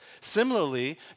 Similarly